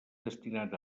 destinat